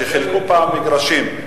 שחילקו פעם מגרשים,